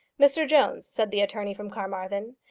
mr jones, said the attorney from carmarthen,